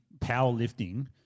powerlifting